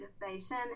motivation